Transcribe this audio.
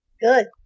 Good